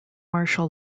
martial